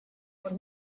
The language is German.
von